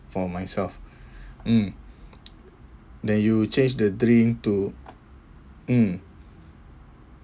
for myself mm then you change the drink to mm